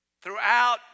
Throughout